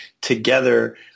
together